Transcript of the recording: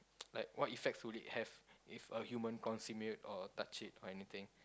like what effect would it have if a human consume it or touch it or anything